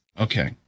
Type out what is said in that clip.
Okay